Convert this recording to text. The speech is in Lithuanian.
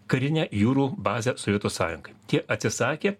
karinę jūrų bazę sovietų sąjungai tie atsisakė